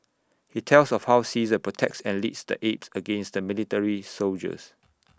he tells of how Caesar protects and leads the apes against the military soldiers